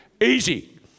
easy